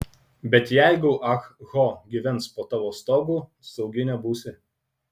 bet jeigu ah ho gyvens po tavo stogu saugi nebūsi